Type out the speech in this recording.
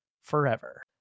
forever